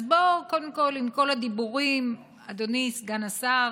אז בוא, קודם כול, עם כל הדיבורים, אדוני סגן השר,